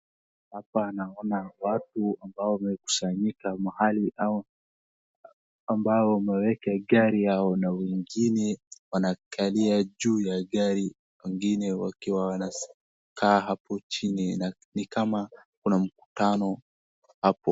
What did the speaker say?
Hapa naona watu ambao wamekusanyika mahali au ambao wameweka gari yao na wengine wanakalia juu ya gari. Wengine wakiwa wanakaa hapo chini na ni kama kuna mkutano hapo.